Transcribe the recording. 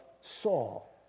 Saul